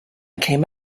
came